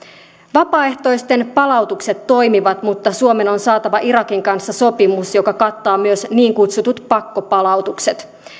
vapaaehtoisten palautukset toimivat mutta suomen on saatava irakin kanssa sopimus joka kattaa myös niin kutsutut pakkopalautukset